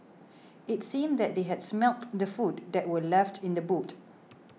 it seemed that they had smelt the food that were left in the boot